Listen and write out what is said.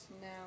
now